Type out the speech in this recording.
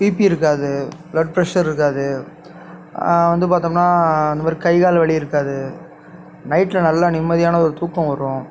BP இருக்காது blood pressure இருக்காது வந்து பார்த்தோம்னா அந்தமாதிரி கை கால் வலி இருக்காது நைட்டில் நல்லா நிம்மதியான ஒரு தூக்கம் வரும்